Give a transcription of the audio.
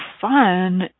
fun